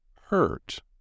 hurt